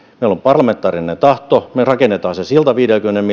meillä on parlamentaarinen tahto me rakennamme sen sillan viidenkymmenen